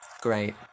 Great